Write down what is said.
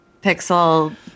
Pixel